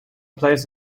players